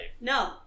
No